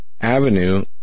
avenue